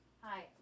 Hi